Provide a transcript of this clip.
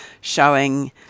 showing